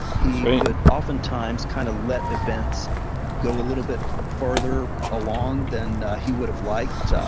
he would often times kind of let events go a little bit further along than he would've liked. ah